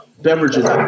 beverages